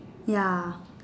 ya